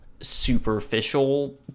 superficial